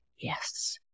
yes